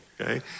okay